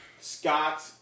Scott